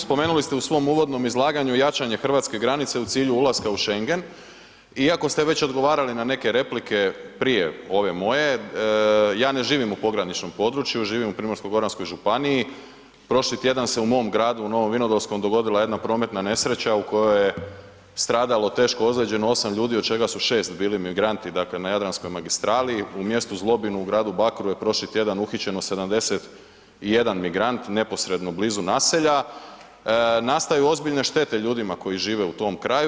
Spomenuli ste u svom uvodnom izlaganju jačanje hrvatske granice u cilju ulaska u Schengen, iako ste već odgovarali na neke replike prije ove moje, ja ne živim u pograničnom području, živim u Primorsko-goranskoj županiji, prošli tjedan se u mom gradu u Novom Vinodolskom dogodila jedna prometna nesreća u kojoj je stradalo i teško ozlijeđeno osam ljudi od čega su šest bili migranti na Jadranskoj magistrali u mjestu Zlobin u gradu Bakru je prošli tjedan uhićeno 71 migrant neposredno blizu naselja, nastaju ozbiljne štete ljudima koji žive u tom kraju.